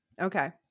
Okay